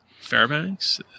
Fairbanks